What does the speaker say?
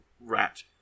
rat